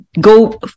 go